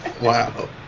Wow